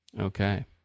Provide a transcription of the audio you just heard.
Okay